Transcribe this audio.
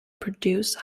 produce